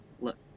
look